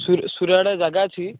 ସୁର ସୂର୍ୟା ଆଡ଼େ ଜାଗା ଅଛି